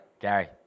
Gary